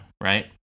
right